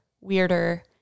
weirder